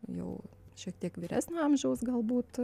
jau šiek tiek vyresnio amžiaus galbūt